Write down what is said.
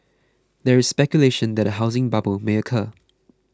there is speculation that a housing bubble may occur